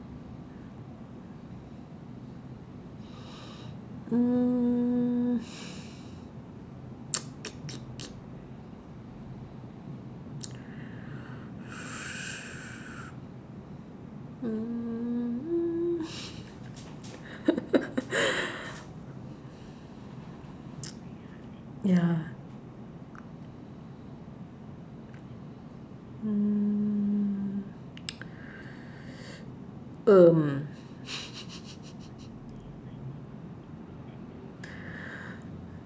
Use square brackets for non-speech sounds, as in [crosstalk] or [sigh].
mm [noise] mm [laughs] ya mm um [laughs]